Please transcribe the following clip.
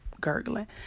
gurgling